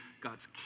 God's